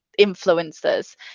influencers